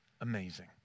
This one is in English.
Amazing